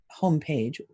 homepage